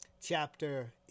Chapter